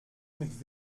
mit